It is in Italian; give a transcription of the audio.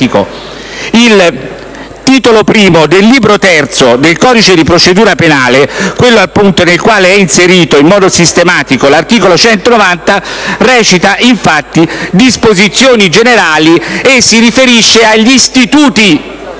Il titolo I del libro terzo del codice di procedura penale, quello in cui è inserito in modo sistematico l'articolo 190, recita: «Disposizioni generali», e si riferisce agli istituti